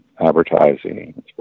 advertising